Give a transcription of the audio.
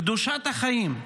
קדושת החיים.